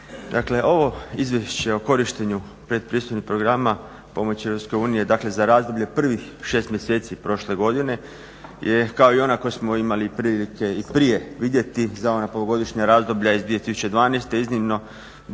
Dakle, ovo izvješće o korištenju pretpristupnih programa pomoći EU dakle za razdoblje prvih 6 mjeseci prošle godine kao i ona koju smo imali i prilike i prije vidjeti za ona polugodišnja razdoblja iz 2012.iznimno detaljno